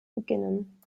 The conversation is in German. beginnen